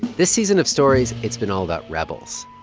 this season of stories, it's been all about rebels.